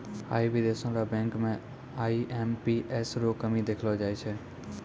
आई भी देशो र बैंको म आई.एम.पी.एस रो कमी देखलो जाय छै